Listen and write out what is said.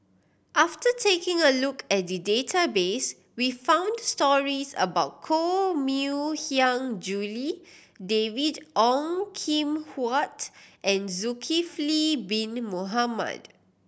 after taking a look at the database we found stories about Koh Mui Hiang Julie David Ong Kim Huat and Zulkifli Bin Mohamed